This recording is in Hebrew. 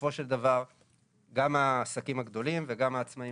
שבסופו של דבר גם העסקים הגדולים וגם העצמאים